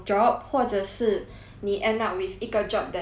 你 end up with 一个 job that have very low pay ah